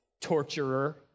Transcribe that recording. torturer